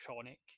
chronic